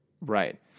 Right